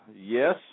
Yes